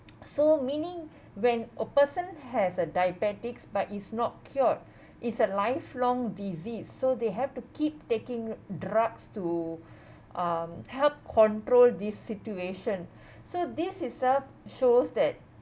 so meaning when a person has a diabetics but it's not cured it's a lifelong disease so they have to keep taking drugs to uh help control the situation so this itself shows that